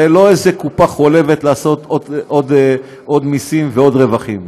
זה לא איזו קופה חולבת לעשות עוד מסים ועוד רווחים.